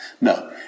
No